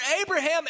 Abraham